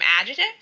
adjective